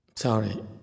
Sorry